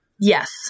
Yes